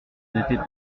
n’était